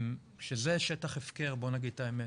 שזה שטח הפקר, בוא נגיד את האמת.